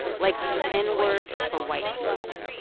like the n-word for white people.